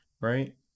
right